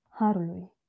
harului